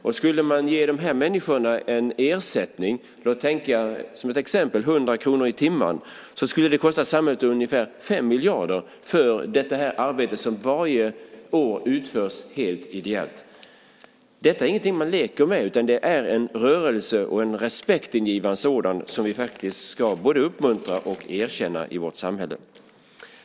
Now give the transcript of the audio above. Om man skulle ge de här människorna en ersättning på 100 kr i timmen - som ett exempel - skulle det arbete som varje år utförs helt ideellt kosta samhället ungefär 5 miljarder. Detta är ingenting som man leker med, utan det är en rörelse, och en respektingivande sådan, som vi ska både uppmuntra och erkänna i vårt samhälle.